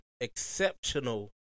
exceptional